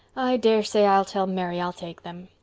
daresay i'll tell mary i'll take them.